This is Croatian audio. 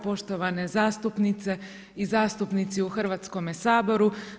Poštovane zastupnice i zastupnici u Hrvatskome saboru.